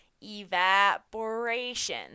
evaporation